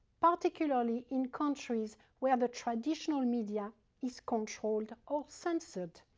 particularly in countries where the traditional media is controlled or censored.